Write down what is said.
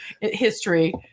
history